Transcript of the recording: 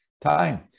time